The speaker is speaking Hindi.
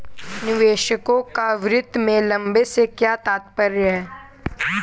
निवेशकों का वित्त में लंबे से क्या तात्पर्य है?